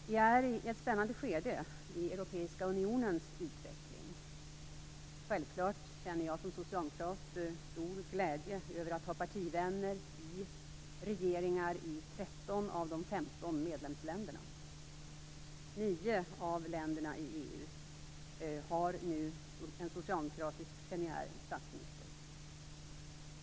Vi är i ett spännande skede i Europeiska unionens utveckling. Självklart känner jag som socialdemokrat stor glädje över att ha partivänner i regeringar i 13 av de 15 medlemsländerna. 9 av länderna i EU har nu en socialdemokratisk premiärminister eller statsminister.